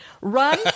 Run